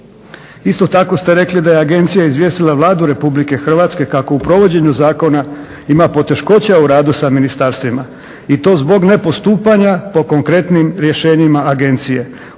Isto tako ste rekli da je agencija izvijestila Vladu RH kako u provođenju zakona ima poteškoća u radu sa ministarstvima i to zbog nepostupanja po konkretnim rješenjima agencije.